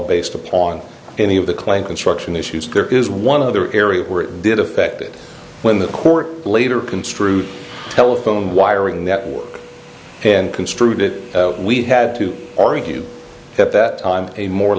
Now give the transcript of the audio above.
based upon any of the claim construction issues there is one other area where it did affect it when the court later construed telephone wiring network and construed it we had to argue that that a more